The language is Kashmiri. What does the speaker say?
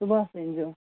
صُبحَس أنۍزیو